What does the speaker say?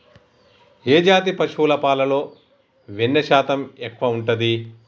ఏ జాతి పశువుల పాలలో వెన్నె శాతం ఎక్కువ ఉంటది?